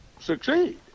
succeed